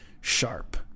sharp